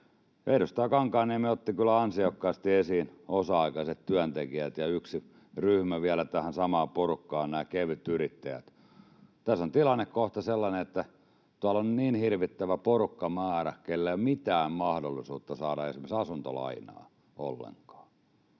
Edustaja Kankaanniemi otti kyllä ansiokkaasti esiin osa-aikaiset työntekijät, ja yksi ryhmä vielä tähän samaan porukkaan on nämä kevytyrittäjät. Tässä on tilanne kohta sellainen, että tuolla on hirvittävä määrä porukkaa, keillä ei ole mitään mahdollisuutta esimerkiksi saada asuntolainaa ollenkaan,